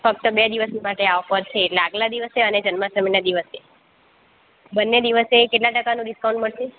ફક્ત બે દિવસ માટે આ ઓફર છે તો આગલા દિવસે અને જન્માષ્ટમીના દિવસે બંને દિવસે કેટલા ટકાનું ડિસ્કાઉન્ટ મળશે